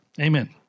Amen